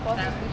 probably